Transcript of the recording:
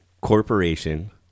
corporation